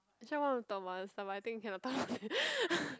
actually I want to talk about other stuff but I think cannot talk